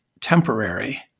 temporary